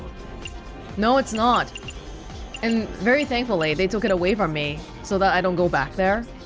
no, it's not and very thankfully, they took it away from me, so that i don't go back there